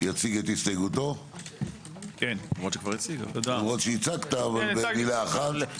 יציג א הסתייגותו, למרות שהצגת אבל מילה אחת.